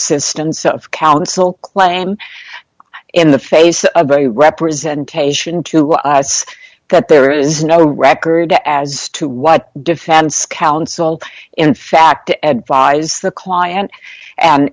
assistance of counsel claim in the face of a representation to us that there is no record as to what defense counsel in fact advise the client and